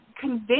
convince